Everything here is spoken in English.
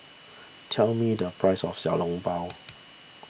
tell me the price of Xiao Long Bao